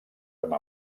germà